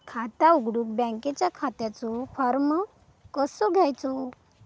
खाता उघडुक बँकेच्या खात्याचो फार्म कसो घ्यायचो?